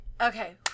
Okay